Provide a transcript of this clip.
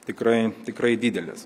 tikrai tikrai didelės